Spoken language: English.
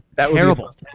Terrible